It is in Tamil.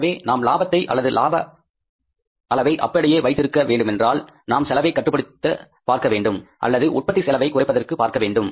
எனவே நாம் லாபத்தை அல்லது லாப அளவை அப்படியே வைத்திருக்க வேண்டுமென்றால் நாம் செலவை கட்டுப்படுத்த பார்க்க வேண்டும் அல்லது உற்பத்தி செலவை குறைப்பதற்கு பார்க்கவேண்டும்